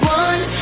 one